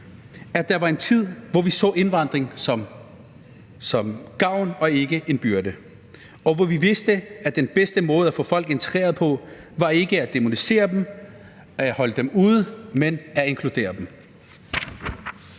at der var en tid, hvor vi så indvandring som noget, der var til gavn, og ikke som en byrde, og hvor vi vidste, at den bedste måde at få folk integreret på ikke var at dæmonisere dem og holde dem ude, men at inkludere dem.